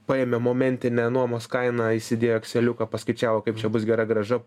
paėmė momentinę nuomos kainą įsidėjo į ekseliuką paskaičiavo kaip čia bus gera grąža